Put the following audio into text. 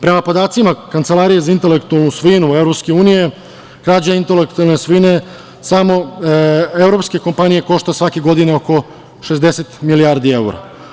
Prema podacima Kancelarije za intelektualnu svojinu EU krađa intelektualne svojine samo evropske kompanije košta svake godine oko 60 milijardi evra.